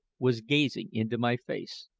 was gazing into my face.